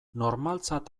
normaltzat